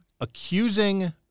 accusing